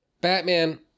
Batman